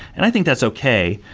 and i think that's okay,